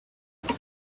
utuma